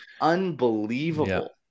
unbelievable